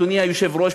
אדוני היושב-ראש,